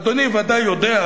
אדוני בוודאי יודע,